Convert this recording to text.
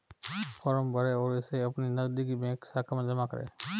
form भरें और इसे अपनी नजदीकी बैंक शाखा में जमा करें